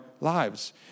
lives